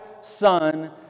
Son